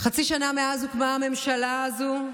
חצי שנה מאז הוקמה הממשלה הזו,